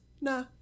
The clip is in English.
Nah